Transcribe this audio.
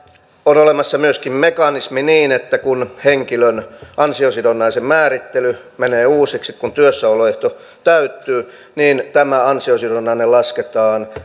on olemassa myöskin mekanismi niin että kun henkilön ansiosidonnaisen määrittely menee uusiksi kun työssäoloehto täyttyy niin tämä an siosidonnainen lasketaan